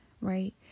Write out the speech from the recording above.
right